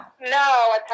no